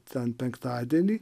ten penktadienį